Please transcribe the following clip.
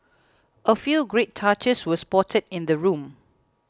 a few great touches we spotted in the room